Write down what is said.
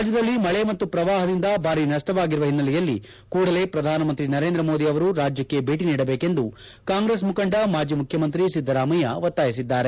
ರಾಜ್ಲದಲ್ಲಿ ಮಳೆ ಮತ್ತು ಪ್ರವಾಹದಿಂದ ಭಾರಿ ನಷ್ಷವಾಗಿರುವ ಹಿನ್ನೆಲೆಯಲ್ಲಿ ಕೂಡಲೇ ಪ್ರಧಾನಮಂತ್ರಿ ನರೇಂದ್ರ ಮೋದಿ ಅವರು ರಾಜ್ಯಕ್ಕೆ ಭೇಟ ನೀಡಬೇಕೆಂದು ಕಾಂಗ್ರೆಸ್ ಮುಖಂಡ ಮಾಜಿ ಮುಖ್ಯಮಂತ್ರಿ ಸಿದ್ದರಾಮಯ್ಯ ಒತ್ತಾಯಿಸಿದ್ದಾರೆ